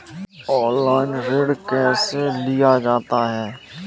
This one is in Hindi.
ऑनलाइन ऋण कैसे लिया जाता है?